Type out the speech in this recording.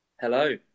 Hello